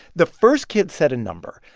the first kid said a number.